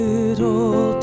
little